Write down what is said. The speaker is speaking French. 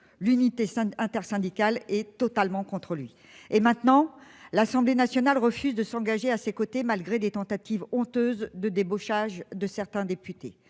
l'unité intersyndicale est totalement contre lui. Et, maintenant, l'Assemblée nationale refuse de s'engager à ses côtés, malgré les tentatives honteuses de débauchage de certains députés.